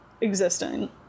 existing